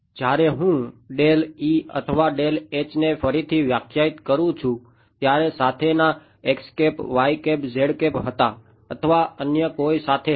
જ્યારે હું અથવા ને ફરીથી વ્યાખ્યાયિત કરું છું ત્યારે સાથેના હતા અથવા અન્ય કોઈક સાથે હતા